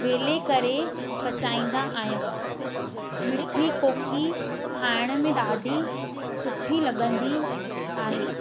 वेले करे पचाईंदा आहियूं मिठी कोकी खाइण में ॾाढी सुठी लॻंदी आहे